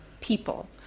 people